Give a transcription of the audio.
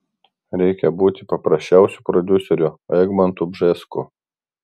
reikia būti paprasčiausiu prodiuseriu egmontu bžesku